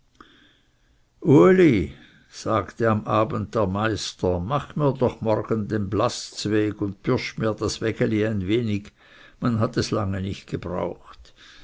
uli sagte am abend der meister mach mir doch morgen den blaß zweg und bürst mir das wägeli ein wenig man hat es lange nicht gebraucht